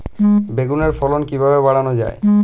বেগুনের ফলন কিভাবে বাড়ানো যায়?